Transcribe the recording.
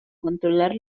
controlar